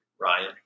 Ryan